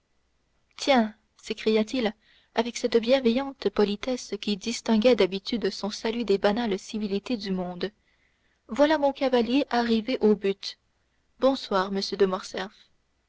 tiens s'écria-t-il avec cette bienveillante politesse qui distinguait d'habitude son salut des banales civilités du monde voilà mon cavalier arrivé au but bonsoir monsieur de